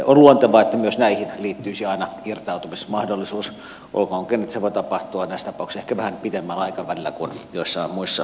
on luontevaa että myös näihin liittyisi aina irtautumismahdollisuus olkoonkin että se voi tapahtua näissä tapauksissa ehkä vähän pitemmällä aikavälillä kuin joissain muissa sijoituksissa